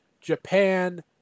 Japan